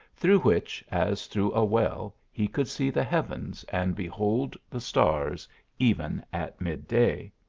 through which, as through a well, he could see the heavens and behold the stars even at mid-day.